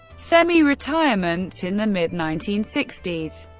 semi-retirement in the mid nineteen sixty s